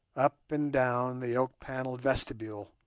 up and down the oak-panelled vestibule